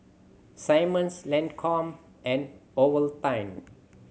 Simmons Lancome and Ovaltine